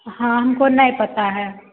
हाँ हमको नहीं पता है